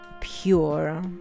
pure